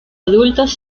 adultos